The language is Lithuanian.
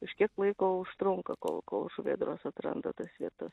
kažkiek laiko užtrunka kol kol žuvėdros atranda tas vietas